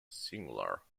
singular